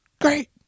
Great